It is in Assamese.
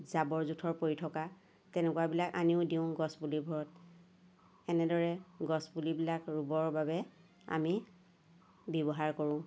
জাবৰ জোথৰ পৰি থকা তেনেকুৱাবিলাক আনিও দিওঁ গছ পুলিবোৰত এনেদৰে গছ পুলিবিলাক ৰুবৰ বাবে আমি ব্যৱহাৰ কৰোঁ